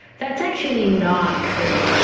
that's actually not true.